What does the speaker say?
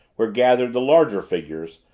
where gathered the larger figures,